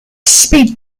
speak